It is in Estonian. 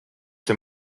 see